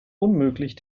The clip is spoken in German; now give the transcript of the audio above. unmöglich